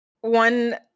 one